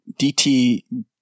DT